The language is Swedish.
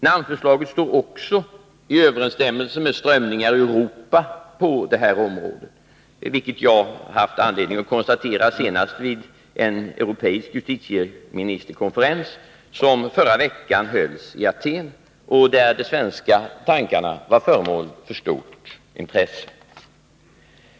Namnförslaget står också i överensstämmelse med strömningarna i Europa på detta område, vilket jag senast haft anledning att konstatera vid den europeiska justitieministerkonferens som i förra veckan hölls i Aten och där det svenska förslaget var föremål för stort intresse.